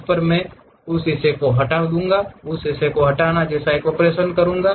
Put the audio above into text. उस पर मैं उस हिस्से को हटाने उस हिस्से को हटाने जैसे एक ऑपरेशन करूँगा